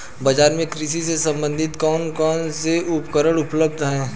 बाजार में कृषि से संबंधित कौन कौन से उपकरण उपलब्ध है?